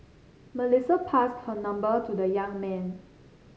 Melissa passed her number to the young man